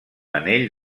anell